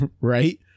Right